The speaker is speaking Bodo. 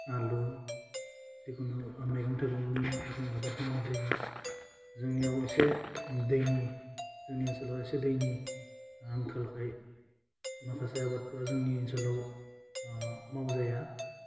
आलु जिखुनु मैगं थाइगंनि जों आबाद मावनाय जायो आरो जोंनियाव एसे दैनि जोंनि ओनसोलाव एसे दैनि आंखालखाय माखासे आबादफोरा जोंनि ओनसोलाव मावजाया